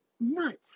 nuts